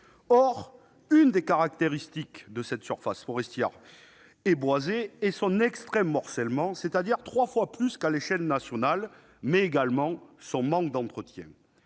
Or l'une des caractéristiques de cette surface forestière et boisée est son extrême morcellement, trois fois supérieur à l'échelle nationale, mais également son manque d'entretien.